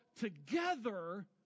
together